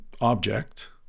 object